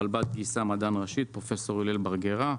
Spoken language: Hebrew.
והרל"ב גייס את מדען ראשי, את פרופ' הלל בר גרא,